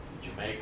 Jamaica